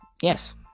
Yes